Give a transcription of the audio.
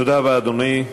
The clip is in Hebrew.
תודה רבה, אדוני.